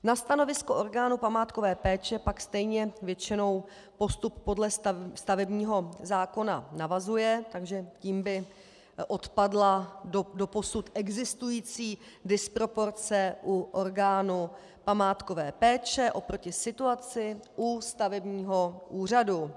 Na stanovisko orgánu památkové péče pak stejně většinou postup podle stavebního zákona navazuje, takže tím by odpadla doposud existující disproporce u orgánu památkové péče oproti situaci u stavebního úřadu.